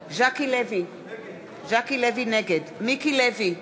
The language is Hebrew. ז'קי לוי, נגד מיקי לוי,